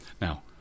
Now